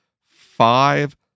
five